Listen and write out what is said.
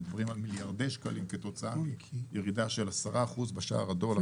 מדברים על מיליארדי שקלים כתוצאה מירידה של 10% בשער הדולר,